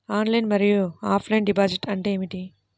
Online మరియు offline deposit అంటే ఏమిటి?